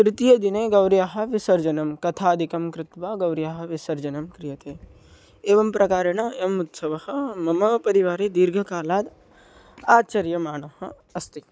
तृतीयदिने गौर्याः विसर्जनं कथादिकं कृत्वा गौर्याः विसर्जनं क्रियते एवं प्रकारेण अयम् उत्सवः मम परिवारे दीर्घकालात् आचर्यमाणः अस्ति